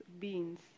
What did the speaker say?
beans